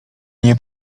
nie